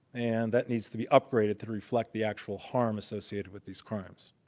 and that needs to be upgraded to reflect the actual harm associated with these crimes.